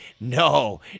No